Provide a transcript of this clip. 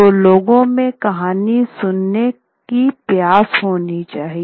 तो लोगों में कहानी सुनने की प्यास होनी चाहिए